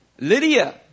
Lydia